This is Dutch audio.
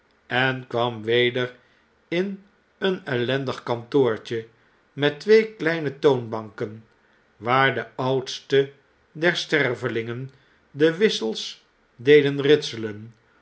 en kwam weder in eenellendig kantoortje met twee kleine toonbanken waar de oudste der stervelingen de wissels deden ritselen